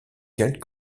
quelle